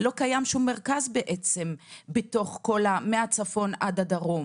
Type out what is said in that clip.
לא קיים שום מרכז בעצם מהצפון עד הדרום.